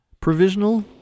Provisional